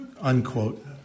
unquote